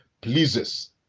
pleases